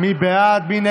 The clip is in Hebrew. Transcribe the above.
בעד, 33,